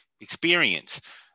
experience